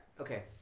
Okay